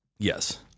Yes